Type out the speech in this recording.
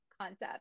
concept